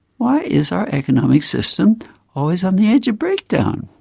why is our economic system always on the edge of breakdown?